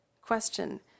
Question